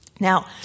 Now